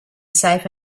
safe